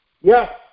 Yes